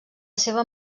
seva